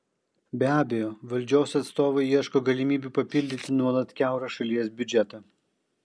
be abejo valdžios atstovai ieško galimybių papildyti nuolat kiaurą šalies biudžetą